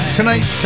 Tonight